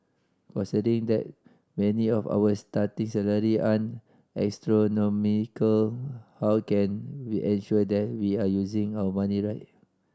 considering that many of our starting salary aren't astronomical how can we ensure that we are using our money right